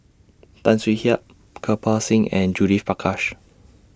Tan Swie Hian Kirpal Singh and Judith Prakash